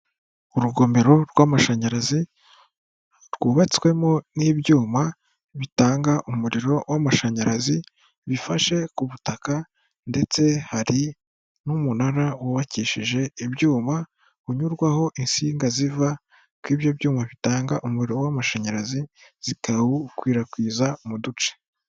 Urugomero rw'amashanyarazi rwubatswemo n'ibyuma bitanga umuriro w'amashanyarazi bifashe ku butaka, ndetse hari n'umunara wubakishije ibyuma unyurwaho insinga ziva kuri ibyo byuma bitanga umuriro w'amashanyarazi zikawukwirakwiza mu duce.